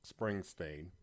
Springsteen